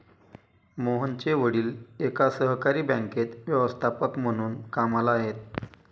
मोहनचे वडील एका सहकारी बँकेत व्यवस्थापक म्हणून कामला आहेत